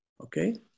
okay